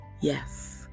Yes